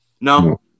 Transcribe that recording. No